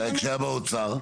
שהיה באוצר.